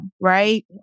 right